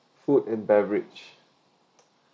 food and beverage